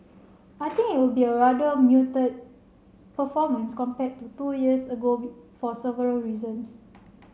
I think it will be a rather muted performance compared to two years ago for several reasons